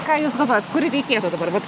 ką jūs galvojat kur reikėtų dabar vat